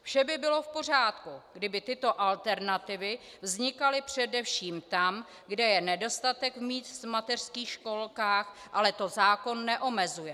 Vše by bylo v pořádku, kdyby tyto alternativy vznikaly především tam, kde je nedostatek míst v mateřských školkách, ale to zákon neomezuje.